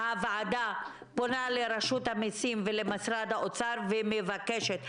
הוועדה פונה לרשות המסים ולמשרד האוצר ומבקשת,